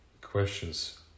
questions